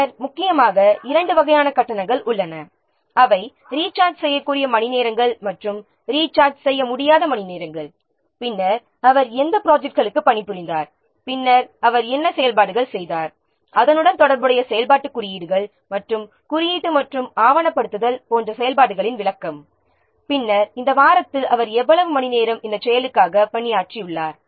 பின்னர் முக்கியமாக இரண்டு வகையான கட்டணங்கள் உள்ளன அவை ரீசார்ஜ் செய்யக்கூடிய மணிநேரங்கள் மற்றும் ரீசார்ஜ் செய்ய முடியாத மணிநேரங்கள் பின்னர் அவர் எந்த ப்ரொஜெக்ட்களுக்கு பணிபுரிந்தார் பின்னர் அவர் என்ன செயல்பாடுகள் செய்தார் அதனுடன் தொடர்புடைய செயல்பாட்டுக் குறியீடுகள் மற்றும் குறியீட்டு மற்றும் ஆவணப்படுத்தல் போன்ற செயல்பாடுகளின் விளக்கம் பின்னர் இந்த வாரத்தில் அவர் எவ்வளவு மணிநேரம் இந்தச் செயலுக்காக பணியாற்றியுள்ளார்